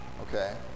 okay